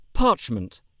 Parchment